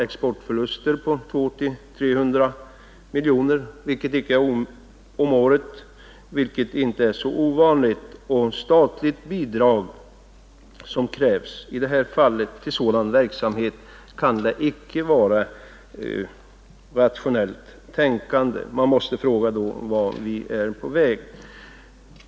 Exportförluster på 200-300 miljoner är inte något ovanligt. Att som nu krävs ge statsbidrag till sådan verksamhet kan icke vara förenligt med rationellt tänkande. Man måste då fråga vart vi är på väg.